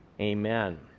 amen